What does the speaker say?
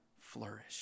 flourish